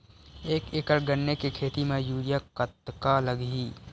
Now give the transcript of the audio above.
एक एकड़ गन्ने के खेती म यूरिया कतका लगही?